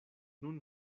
nun